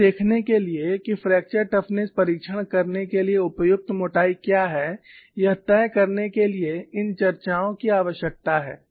यह देखने के लिए कि फ्रैक्चर टफनेस परीक्षण करने के लिए उपयुक्त मोटाई क्या है यह तय करने के लिए इन चर्चाओं की आवश्यकता है